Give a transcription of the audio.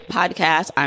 podcast